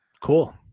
Cool